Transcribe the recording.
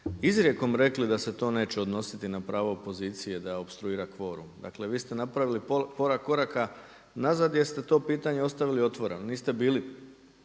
izrijekom rekli da se to neće odnositi na pravo opozicije da opstruira kvorum. Dakle vi ste napravili pola koraka nazad jer ste to pitanje ostavili otvoreno, niste bili